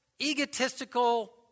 egotistical